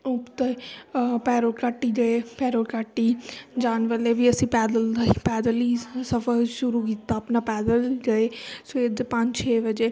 ਉੱਤੇ ਭੈਰੋਘਾਟੀ ਗਏ ਭੈਰੋਘਾਟੀ ਜਾਣ ਵਾਲੇ ਵੀ ਅਸੀਂ ਪੈਦਲ ਰਹੇ ਪੈਦਲ ਹੀ ਸਫ਼ਰ ਸ਼ੁਰੂ ਕੀਤਾ ਆਪਣਾ ਪੈਦਲ ਗਏ ਸਵੇਰ ਦੇ ਪੰਜ ਛੇ ਵਜੇ